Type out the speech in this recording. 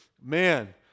man